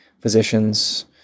physicians